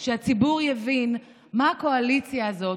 שהציבור יבין מה הקואליציה הזאת,